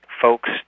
folks